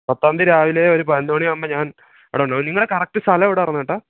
പത്താം തീയതി രാവിലെ ഒരു പതിനൊന്ന് മണിയാകുമ്പോള് ഞാൻ അവിടെയുണ്ടാകും നിങ്ങളുടെ കറക്ട് സ്ഥലം എവിടെയായിരുന്നു ചേട്ടാ